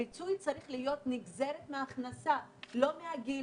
הפיצוי צריך להיות נגזרת מההכנסה, לא מהגיל.